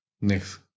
Next